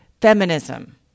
feminism